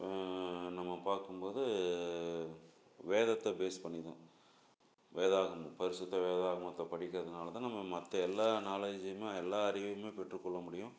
நம்ம பார்க்கும்போது வேதத்தை பேஸ் பண்ணி தான் வேதாகம் பரிசுத்த வேதாகமத்தை படிக்கறதனால தான் நம்ம மற்ற எல்லா நாலேஜுமே எல்லா அறிவுமே பெற்றுக்கொள்ள முடியும்